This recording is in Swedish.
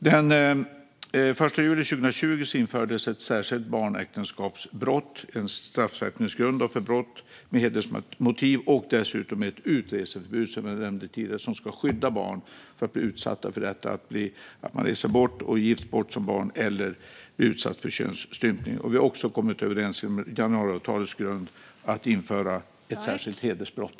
Den 1 juli 2020 infördes ett särskilt barnäktenskapsbrott, en straffskärpningsgrund för brott med hedersmotiv och dessutom ett utreseförbud, vilket jag nämnde tidigare. Det ska skydda barn från att vid en resa bli bortgifta eller utsatta för könsstympning. Inom januariavtalets ramar har vi också kommit överens om att införa ett särskilt hedersbrott.